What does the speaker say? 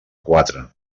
quatre